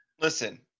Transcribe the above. Listen